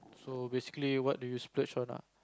so basically what do you splurge on ah